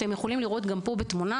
אפשר לראות בתמונה